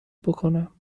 بکنم